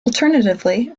alternatively